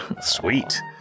Sweet